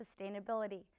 sustainability